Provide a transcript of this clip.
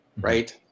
right